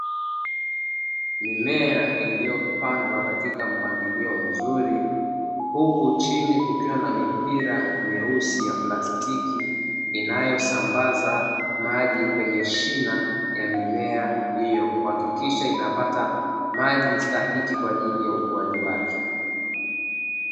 Mimea iliyopandwa katika mpangilio mzuri huku chini kukiwa na mipira meusi ya plastiki, inayosambaza maji kwenye shina ya mimea hiyo kuhakikisha inapata maji stahiki kwa ajili ya ukuaji wake.